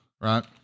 right